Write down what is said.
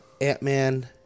Ant-Man